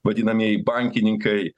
vadinamieji bankininkai